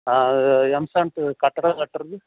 M sand கட்டடிம் கட்டுறது